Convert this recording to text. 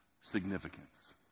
significance